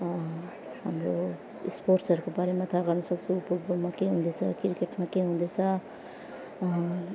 हाम्रो स्पोर्ट्सहरूको बारेमा थाहा गर्नसक्छु फुटबलमा के हुँदैछ क्रिकेटमा के हुँदैछ